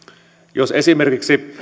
jos esimerkiksi